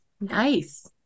Nice